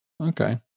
Okay